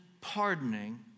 pardoning